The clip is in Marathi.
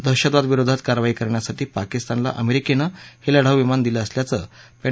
दहशतवाद विरोधात कारवाई करण्यासाठी पाकिस्तानला अमेरिकेनं हे लढाऊ विमान दिलं असल्याचं पैं